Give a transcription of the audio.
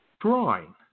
drawing